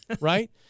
right